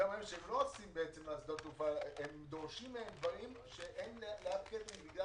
כשהם לא עושים לשדות התעופה דורשים מהם דברים שאין לאף קייטרינג בגלל